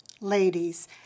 ladies